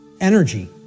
energy